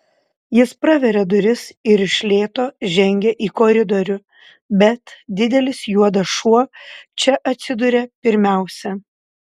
jis praveria duris ir iš lėto žengia į koridorių bet didelis juodas šuo čia atsiduria pirmiausia